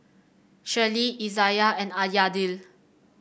Shirlee Izayah and Ah Yadiel